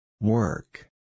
Work